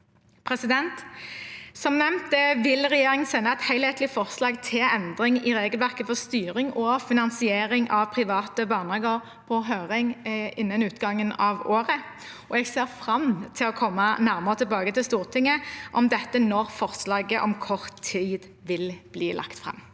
Som nevnt vil regjeringen sende et helhetlig forslag til endring i regelverket for styring og finansiering av private barnehager på høring innen utgangen av året. Jeg ser fram til å komme nærmere tilbake til Stortinget om dette når forslaget om kort tid blir lagt fram.